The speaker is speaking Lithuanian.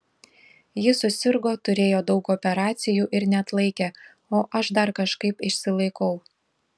ji susirgo turėjo daug operacijų ir neatlaikė o aš dar kažkaip išsilaikau